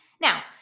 Now